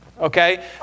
okay